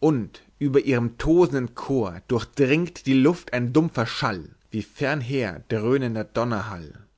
und über ihrem tosenden chor durchdringt die luft ein dumpfer schall wie fernher dröhnender